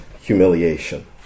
humiliation